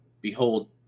behold